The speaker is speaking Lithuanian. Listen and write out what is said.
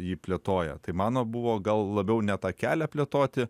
jį plėtoja tai mano buvo gal labiau ne tą kelią plėtoti